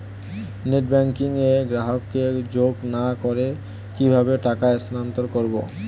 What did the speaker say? Net banking এ গ্রাহককে যোগ না করে কিভাবে টাকা স্থানান্তর করব?